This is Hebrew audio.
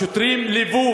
השוטרים ליוו,